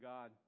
God